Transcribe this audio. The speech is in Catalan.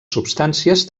substàncies